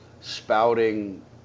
spouting